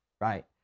right